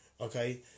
okay